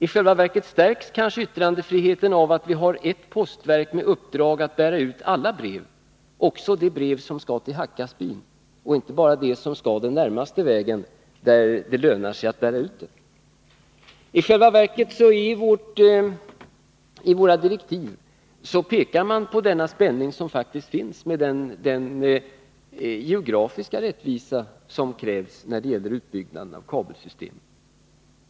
I själva verket stärks kanske yttrandefriheten av att vi har ert postverk med uppdrag att sörja för utbärning av alla brev, också de brev som skall till Hakkasbyn och inte bara de som skall tas till den närmaste platsen dit det lönar sig att bära posten. I våra direktiv pekas det faktiskt på den spänning som finns med tanke på den geografiska rättvisa som krävs när det gäller utbyggnaden av kabelsystem.